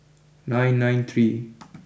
nine nine three